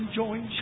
join